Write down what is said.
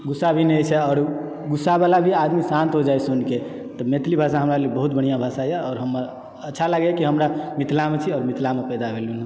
गुस्सा भी नहि होइ छै आओर गुस्साबला भी आदमी शान्त होइय जाइए सुनि कऽ तऽ मैथिली भाषा हमरा लिअ बहत बढ़िआँ भाषाए आओर हमर अच्छा लागए कि हमरा मिथिला मे छी आओर मिथिला मे पैदा भेलुँ हँ